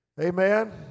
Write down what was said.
Amen